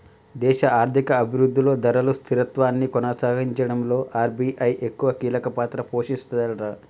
దేశ ఆర్థిక అభివృద్ధిలో ధరలు స్థిరత్వాన్ని కొనసాగించడంలో ఆర్.బి.ఐ ఎక్కువ కీలక పాత్ర పోషిస్తదట